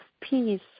peace